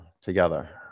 together